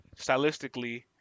stylistically